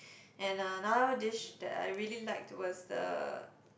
and uh another dish that I really like was the